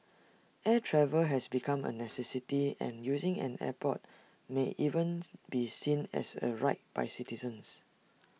air travel has become A necessity and using an airport may even be seen as A right by citizens